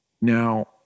Now